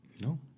No